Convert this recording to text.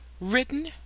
written